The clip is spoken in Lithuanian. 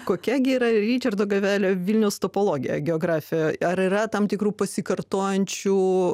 kokia gi yra ričardo gavelio vilniaus topologija geografijoje ar yra tam tikrų pasikartojančių